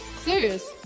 Serious